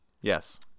Yes